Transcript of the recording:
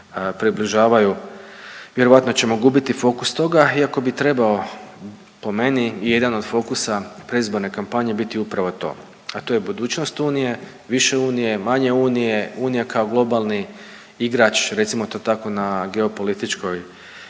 približavaju vjerojatno ćemo gubiti fokus toga iako bi trebao po meni jedan od fokusa predizborne kampanje biti upravo to, a to je budućnost Unije, više Unije, manje Unije, Unija kao globalni igrač, recimo to tako, na geopolitičkoj